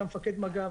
שהיה מפקד מג"ב,